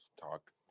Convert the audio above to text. talk